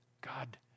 God